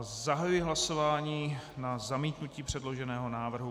Zahajuji hlasování na zamítnutí předloženého návrhu.